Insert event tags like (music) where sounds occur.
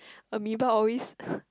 amoeba always (breath)